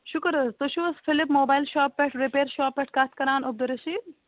شُکُر حظ تُہۍ چھُو حظ فِلِپ موبایِل شاپہٕ پٮ۪ٹھ رٔپیر شاپہٕ پٮ۪ٹھ کَتھ کران عُبدالرشیٖد